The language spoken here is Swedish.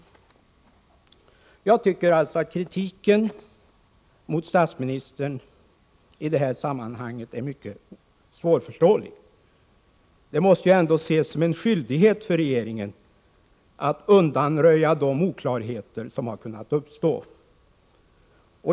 Jag tycker att kritiken mot statsministern i detta sammanhang är mycket svårförståelig. Det måste ändå ses som en skydlighet för regeringen att undanröja de oklarheter som har kunnat uppstå.